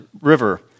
river